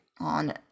on